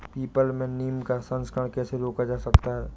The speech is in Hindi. पीपल में नीम का संकरण कैसे रोका जा सकता है?